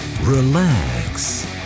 relax